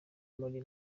muri